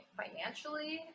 financially